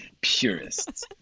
purists